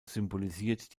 symbolisiert